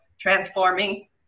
Transforming